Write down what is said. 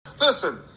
Listen